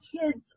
kids